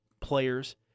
players